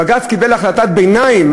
בג"ץ קיבל החלטת ביניים.